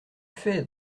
fait